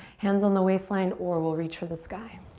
hands on the waistline or we'll reach for the sky.